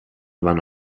vanno